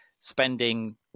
spending